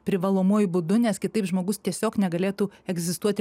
privalomuoju būdu nes kitaip žmogus tiesiog negalėtų egzistuoti